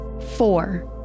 Four